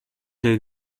der